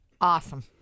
awesome